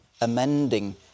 amending